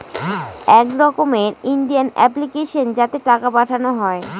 এক রকমের Indian application যাতে টাকা পাঠানো হয়